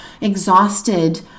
exhausted